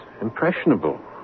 impressionable